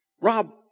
Rob